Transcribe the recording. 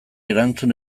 erantzun